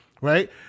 right